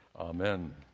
Amen